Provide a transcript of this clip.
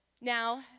now